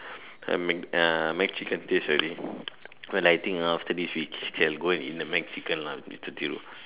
uh the McChicken taste already well I think after this we can go and eat the McChicken lah